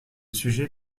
sujet